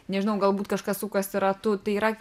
nežinau galbūt kažkas sukasi ratu tai yra